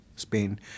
Spain